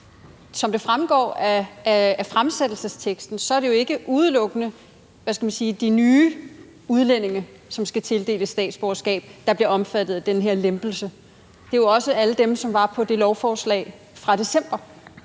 Som det fremgår af selve fremsættelsesteksten, er det jo ikke udelukkende de nye udlændinge, som skal tildeles statsborgerskab, der bliver omfattet af den her lempelse; det er jo også alle dem, som var på det lovforslag fra december,